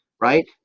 right